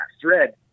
thread